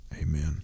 Amen